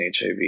HIV